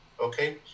Okay